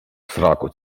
сраку